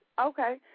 Okay